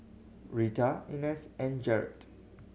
Rita Ines and Jarett